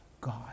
God